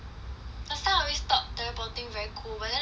last time I always thought this topic very cool but then